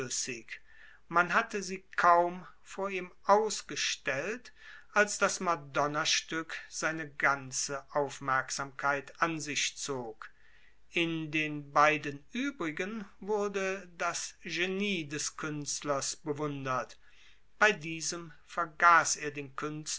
man hatte sie kaum vor ihm ausgestellt als das madonnastück seine ganze aufmerksamkeit an sich zog in den beiden übrigen wurde das genie des künstlers bewundert bei diesem vergaß er den